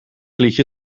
liedje